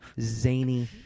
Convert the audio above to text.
Zany